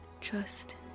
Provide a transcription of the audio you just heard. Trust